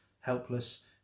helpless